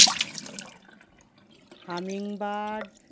humming bird